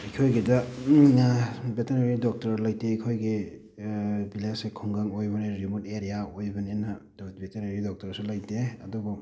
ꯑꯩꯈꯣꯏꯒꯤꯗ veterinary doctor ꯂꯩꯇꯦ ꯑꯩꯈꯣꯏꯒꯤ ꯚꯤꯂꯦꯖꯁꯦ ꯈꯨꯡꯒꯪ ꯑꯣꯏꯕꯅꯤꯅ ꯔꯤꯃꯨꯠ ꯑꯔꯤꯌꯥ ꯑꯣꯏꯕꯅꯤꯅ ꯚꯦꯇꯤꯅꯔꯤ ꯗꯣꯛꯇꯔꯁꯨ ꯂꯩꯇꯦ ꯑꯗꯨꯕꯨ